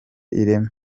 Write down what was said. ireme